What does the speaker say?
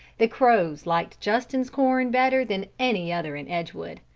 the crows liked justin's corn better than any other in edgewood.